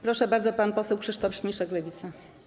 Proszę bardzo, pan poseł Krzysztof Śmiszek, Lewica.